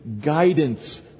guidance